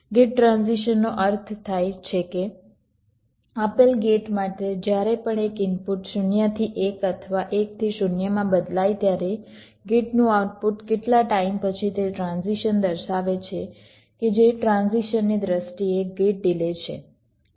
gate ટ્રાન્ઝિશનનો અર્થ થાય છે કે આપેલ ગેટ માટે જ્યારે પણ એક ઇનપુટ 0 થી 1 અથવા 1 થી 0 માં બદલાય ત્યારે ગેટનું આઉટપુટ કેટલા ટાઈમ પછી તે ટ્રાન્ઝિશન દર્શાવે છે કે જે ટ્રાન્ઝિશનની દ્રષ્ટિએ ગેટ ડિલે છે